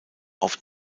auf